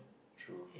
true